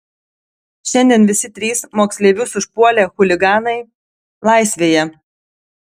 šiandien visi trys moksleivius užpuolę chuliganai laisvėje